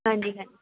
ਹਾਂਜੀ ਹਾਂਜੀ